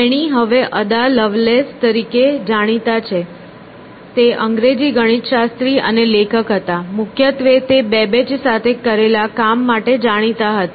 તેણી હવે Ada Lovelace તરીકે જાણીતા છે તે અંગ્રેજી ગણિતશાસ્ત્રી અને લેખક હતા મુખ્યત્વે તે બેબેજ સાથે કરેલા કામ માટે જાણીતી હતા